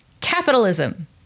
Capitalism